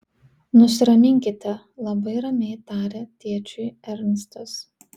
nusiraminkite labai ramiai tarė tėčiui ernstas